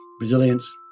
resilience